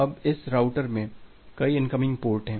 अब इस राउटर में कई इनकमिंग पोर्ट हैं